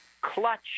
Clutch